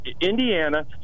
Indiana